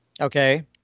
Okay